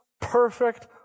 perfect